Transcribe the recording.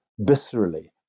viscerally